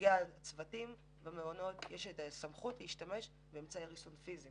לנציגי הצוותים במעונות יש את הסמכות להשתמש באמצעי ריסון פיזיים,